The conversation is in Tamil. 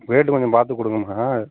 ரேட்டு கொஞ்சம் பார்த்து கொடுக்குங்கமா